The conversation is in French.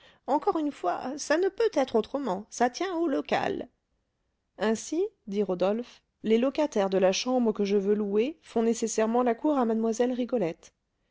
encore une fois ça ne peut être autrement ça tient au local ainsi dit rodolphe les locataires de la chambre que je veux louer font nécessairement la cour à mlle rigolette